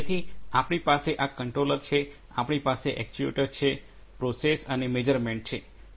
તેથી આપણી પાસે આ કંટ્રોલર છે આપણી પાસે એક્ટ્યુએટર છે પ્રોસેસ છે અને મેઝરમેન્ટ છે